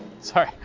Sorry